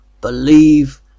believe